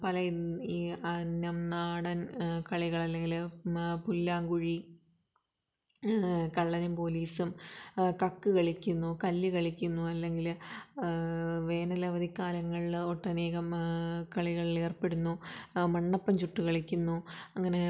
പല ഈ നാടൻ കളികൾ അല്ലെങ്കിൽ പുല്ലാങ്കുഴി കള്ളനും പോലീസും കക്ക് കളിക്കുന്നു കല്ല് കളിക്കുന്നു അല്ലെങ്കിൽ വേനലവധി കാലങ്ങളിൽ ഒട്ടനേകം കളികളിലേർപ്പെടുന്നു മണ്ണപ്പം ചുട്ട് കളിക്കുന്നു അങ്ങനെ